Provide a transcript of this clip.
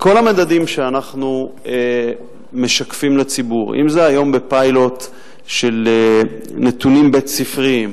בכל המדדים שאנחנו משקפים לציבור, היום זה בפיילוט של נתונים בית-ספריים,